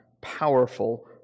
powerful